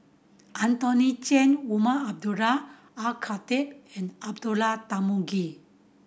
Anthony Then Umar Abdullah Al Khatib and Abdullah Tarmugi